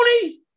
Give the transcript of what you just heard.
Tony